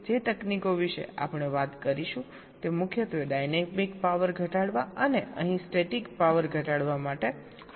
તેથી જે તકનીકો વિશે આપણે વાત કરીશું તે મુખ્યત્વે ડાયનેમિક પાવર ઘટાડવા અને અહીં સ્ટેટિક પાવર ઘટાડવા માટે હશે